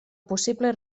possible